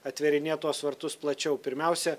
atverinėt tuos vartus plačiau pirmiausia